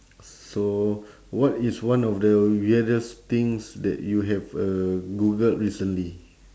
so what is one of the weirdest things that you have uh googled recently